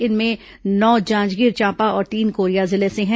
इनमें नौ जांजगीर चांपा और तीन कोरिया जिले से हैं